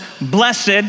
Blessed